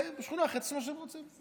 ובשכונה אצלך תעשי מה שאת רוצה.